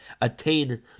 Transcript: attain